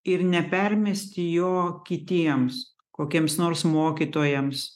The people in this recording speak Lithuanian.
ir nepermesti jo kitiems kokiems nors mokytojams